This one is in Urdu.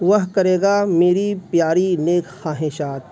وہ کرے گا میری پیاری نیک خواہشات